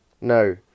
No